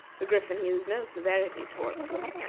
the griffin used no severity toward them,